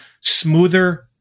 smoother